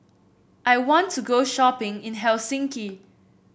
I want to go shopping in Helsinki